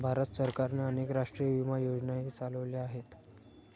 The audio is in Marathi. भारत सरकारने अनेक राष्ट्रीय विमा योजनाही चालवल्या आहेत